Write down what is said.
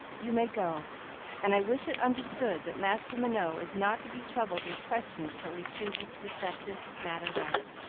you may go and i wish it understood that master minot is not to be troubled with questions till he chooses to set this matter right.